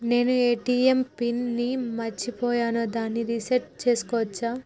నేను ATM pin ని మరచిపోయాను దాన్ని రీ సెట్ చేసుకోవచ్చా?